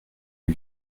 les